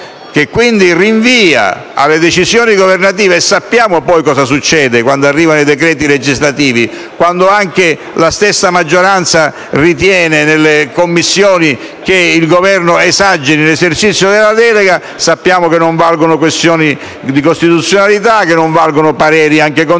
la norma finale alle decisioni governative. Sappiamo poi cosa succede quando arrivano i decreti legislativi e quando anche la stessa maggioranza ritiene, nelle Commissioni, che il Governo esageri nell'esercizio della delega; sappiamo che non valgono questioni di costituzionalità e che non valgono pareri condizionati,